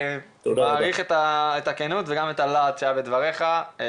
אני מעריך את הכנות ואת הלהט שהיה בדבריך.